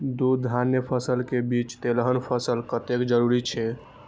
दू धान्य फसल के बीच तेलहन फसल कतेक जरूरी छे?